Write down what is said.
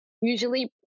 usually